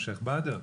שייח' באדר?